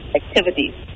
activities